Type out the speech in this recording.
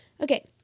Okay